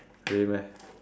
really meh